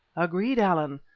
agreed, allan,